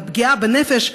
והפגיעה בנפש,